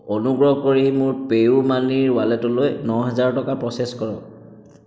অনুগ্ৰহ কৰি মোৰ পে'ইউ মানিৰ ৱালেটলৈ ন হাজাৰ টকা প্ৰ'চেছ কৰক